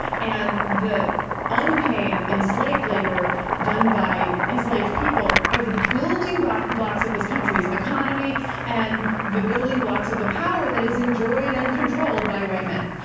and the unpaid enslaved labor done by enslaved people are the building blocks of this country's economy and the building blocks of the power that is enjoyed and controlled by white men.